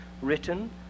written